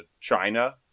China